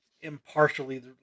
impartially